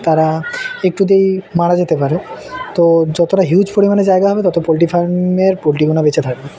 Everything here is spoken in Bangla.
তারা একটুতেিয়েই মারা যেতে পারে তো যতটা হিউজ পরিমাণে জায়গা হবে তত পোলট্রি ফার্মের পোলট্রি গোনা বেঁচে থাকবে